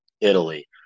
Italy